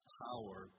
power